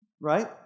right